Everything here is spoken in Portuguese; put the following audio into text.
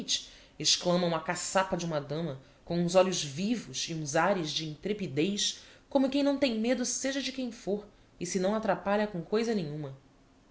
exclama uma caçapa de uma dama com uns olhos vivos e uns ares de intrepidez como quem não tem medo seja de quem fôr e se não atrapalha com coisa nenhuma